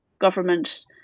government